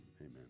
amen